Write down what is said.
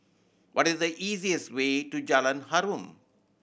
what is the easiest way to Jalan Harum